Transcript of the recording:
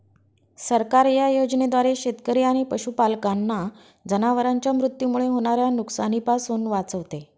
सरकार या योजनेद्वारे शेतकरी आणि पशुपालकांना जनावरांच्या मृत्यूमुळे होणाऱ्या नुकसानीपासून वाचवते